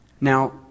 Now